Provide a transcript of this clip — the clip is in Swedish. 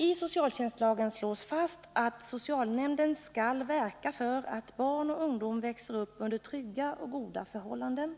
I socialtjänstlagen slås fast att socialnämnden skall verka för att barn och ungdom växer upp under trygga och goda förhållanden,